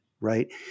right